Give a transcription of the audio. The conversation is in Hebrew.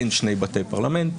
אין שני בתי פרלמנט,